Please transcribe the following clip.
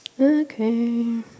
Okay